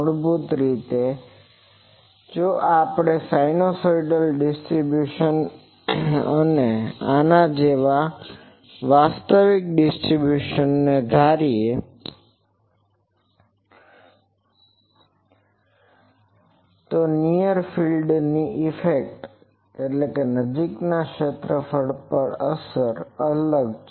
મૂળભૂત રીતે જો આપણે સિનુસાઇડલ ડિસ્ટરીબ્યુસન અને આના જેવા વાસ્તવિક ડિસ્ટરીબ્યુસનને ધારી તો નીઅર ફિલ્ડ ઈફેક્ટnear field effectનજીકના ક્ષેત્રપર અસર અલગ છે